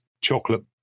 chocolate